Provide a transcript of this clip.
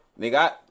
Nigga